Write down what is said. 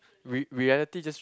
re~ reality just